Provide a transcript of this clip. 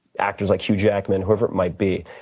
actors like hugh jackman, whoever it might be,